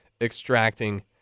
extracting